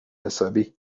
حسابی